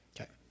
Okay